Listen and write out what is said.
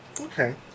Okay